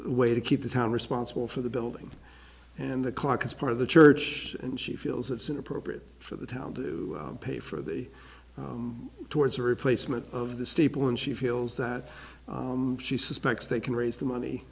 a way to keep the town responsible for the building and the clock is part of the church and she feels it's inappropriate for the town to pay for the towards the replacement of the staple and she feels that she suspects they can raise the money